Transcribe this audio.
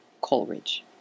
Coleridge